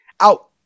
out